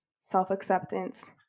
self-acceptance